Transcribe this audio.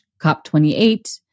COP28